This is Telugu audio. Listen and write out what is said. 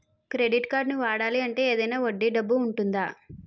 క్రెడిట్ కార్డ్ని వాడాలి అంటే ఏదైనా వడ్డీ డబ్బు ఉంటుందా?